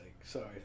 sorry